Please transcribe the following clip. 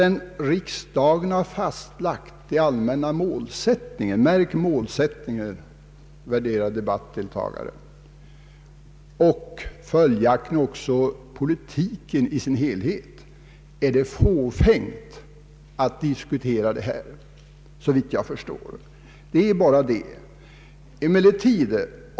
Innan riksdagen har bestämt den allmänna målsättningen — märk att jag säger målsättningen, värderade debattdeltagare — och därmed skogspolitiken i sin helhet, är det såvitt jag förstår fåfängt att diskutera dessa frågor. Det är helt enkelt på det sättet.